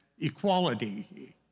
equality